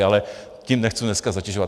Ale tím nechci dneska zatěžovat.